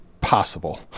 possible